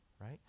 right